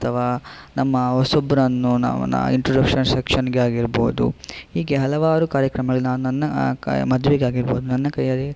ಅಥವಾ ನಮ್ಮ ಹೊಸಬರನ್ನು ನಾವು ನ ಇಂಟ್ರೊಡಕ್ಷನ್ ಸೆಕ್ಷನ್ಗಾಗಿರಬಹುದು ಹೀಗೆ ಹಲವಾರು ಕಾರ್ಯಕ್ರಮದಲ್ಲಿ ನಾನು ನನ್ನ ಕ ಮದುವೆಗಾಗಿರಬಹುದು ನನ್ನ ಕೈಯಾರೆ